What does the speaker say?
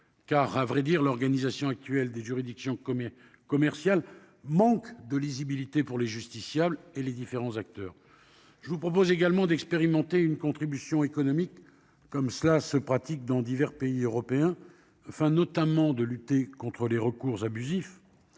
En effet, l'organisation actuelle des juridictions commerciales manque de lisibilité pour les justiciables et les différents acteurs. Je vous propose également d'expérimenter une contribution économique, comme cela se pratique dans divers pays européens, afin notamment de lutter contre les recours abusifs